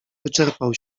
wyczerpał